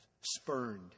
spurned